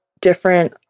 different